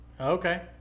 Okay